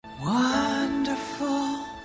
Wonderful